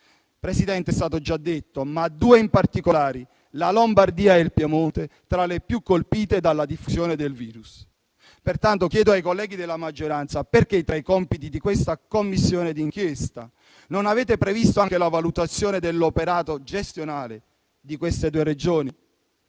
Presidente, è stato già detto, ma mi riferisco a due Regioni in particolare, la Lombardia e il Piemonte, tra le più colpite dalla diffusione del virus. Pertanto chiedo ai colleghi della maggioranza perché tra i compiti di questa Commissione d'inchiesta non abbiano previsto anche la valutazione dell'operato gestionale di queste due Regioni.